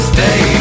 Stay